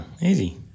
easy